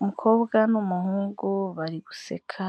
Umukobwa n'umuhungu bari guseka,